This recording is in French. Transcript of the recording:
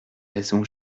raisons